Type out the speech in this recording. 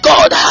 God